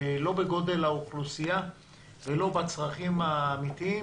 לא בגודל האוכלוסייה ולא בצרכים האמיתיים,